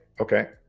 okay